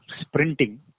sprinting